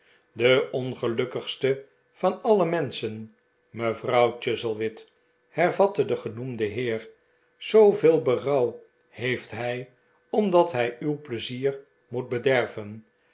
de ongelukkigste van alle menschen mevrouw chuzzlewit hervatte de genoemde heer zooveel berouw heeft hij omdat hij uw pleizier moet bederven